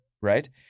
right